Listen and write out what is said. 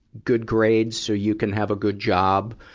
good grades so you can have a good job?